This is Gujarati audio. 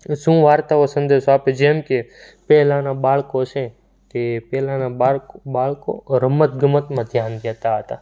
શું વાર્તાઓ સંદેશો આપે જેમ કે પહેલાંના બાળકો છે તે પહેલાંના બાળકો બાળકો રમતગમતમાં ધ્યાન દેતા હતા